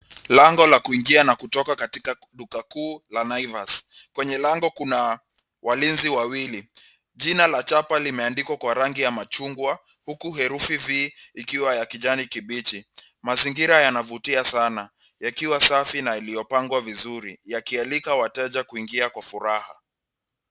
Lango la kuingia na kutoka katika duka kuu la Naivas. Kwenye lango kuna walinzi wawili. Jina la chapa limeandikwa kwa rangi ya machungwa, huku herufi V ikiwa ya kijani kibichi. Mazingira yanavutia sana yakiwa safi na yaliyopangwa vizuri yakialika wateja kuingia kwa furaha.